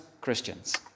Christians